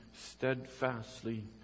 steadfastly